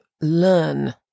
learn